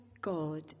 God